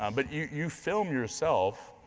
um but you you film yourself,